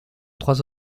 trois